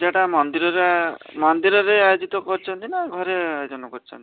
ପୂଜାଟା ମନ୍ଦିରରେ ମନ୍ଦିରରେ ଆୟୋଜିତ କରିଛନ୍ତି ନା ଘରେ ଆୟୋଜନ କରିଛନ୍ତି